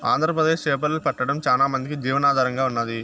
ఆంధ్రప్రదేశ్ చేపలు పట్టడం చానా మందికి జీవనాధారంగా ఉన్నాది